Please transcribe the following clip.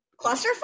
clusterfuck